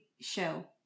show